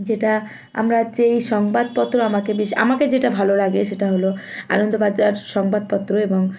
যেটা আমরা যেই সংবাদপত্র আমাকে বেশ আমাকে যেটা ভালো লাগে সেটা হলো আনন্দবাজার সংবাদপত্র এবং